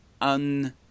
un